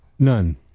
None